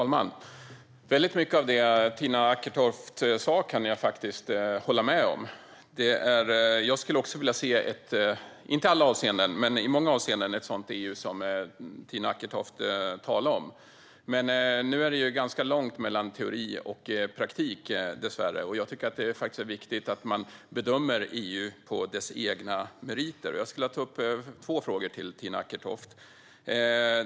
Herr talman! Jag kan hålla med om väldigt mycket av det som Tina Acketoft sa. Jag skulle också i många avseenden - dock inte i alla - vilja se ett sådant EU som Tina Acketoft talade om. Nu är det dock dessvärre ganska långt mellan teori och praktik, och jag tycker att det är viktigt att man bedömer EU på dess egna meriter. Jag skulle vilja ställa två frågor till Tina Acketoft.